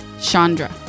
Chandra